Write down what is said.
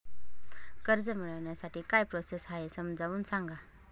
कर्ज मिळविण्यासाठी काय प्रोसेस आहे समजावून सांगा